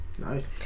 Nice